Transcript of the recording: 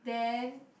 then